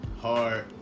hard